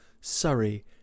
Surrey